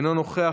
אינו נוכח.